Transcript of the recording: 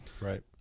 right